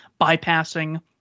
bypassing